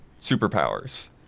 superpowers